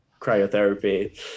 cryotherapy